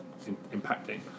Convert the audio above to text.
impacting